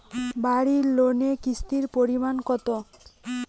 বাড়ি লোনে কিস্তির পরিমাণ কত?